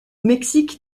mexique